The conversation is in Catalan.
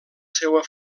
seua